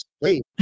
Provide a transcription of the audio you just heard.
Wait